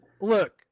Look